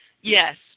Yes